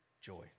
joy